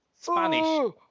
Spanish